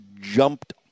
jumped